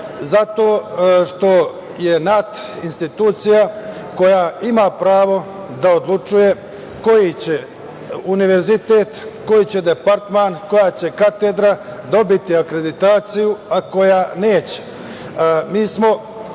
Zato što je NAT institucija koja ima pravo da odlučuje koji će univerzitet, koji će departman, koja će katedra dobiti akreditaciju, a koja neće. Mi